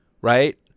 right